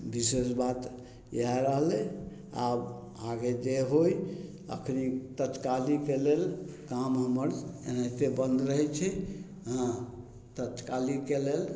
विशेष बात इएह रहलय आब आगे जे होइ एखनी तत्कालीके लेल काम हमर एनाहिते बन्द रहय छै हँ तत्कालीके लेल